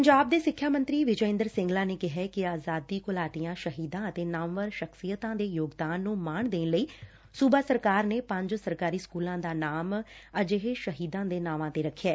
ਪੰਜਾਬ ਦੇ ਸਿੱਖਿਆ ਮੰਤਰੀ ਵਿਜੈ ਇੰਦਰ ਸਿੰਗਲਾ ਨੇ ਕਿਹਾ ਕਿ ਆਜ਼ਾਦੀ ਘੁਲਾਟੀਆਂ ਸ਼ਹੀਦਾਂ ਅਤੇ ਨਾਮਵਰ ਸ਼ਖਸੀਅਤਾਂ ਦੇ ਯੋਗਦਾਨ ਨੂੰ ਮਾਣ ਦੇਣ ਲਈ ਸੁਬਾ ਸਰਕਾਰ ਨੇ ਪੰਜ ਸਰਕਾਰੀ ਸਕੁਲਾਂ ਦਾ ਨਾਮ ਸ਼ਹੀਦਾਂ ਦੇ ਨਾਵਾਂ ਤੇ ਰੱਖਿਐ